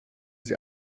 sie